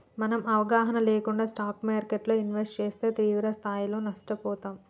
మనం అవగాహన లేకుండా స్టాక్ మార్కెట్టులో ఇన్వెస్ట్ చేస్తే తీవ్రస్థాయిలో నష్టపోతాం